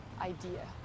idea